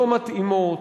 לא מתאימות,